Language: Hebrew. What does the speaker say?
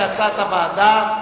כהצעת הוועדה,